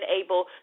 able